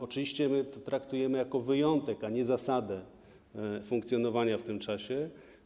Oczywiście traktujemy to jako wyjątek, a nie jako zasadę funkcjonowania w tym czasie.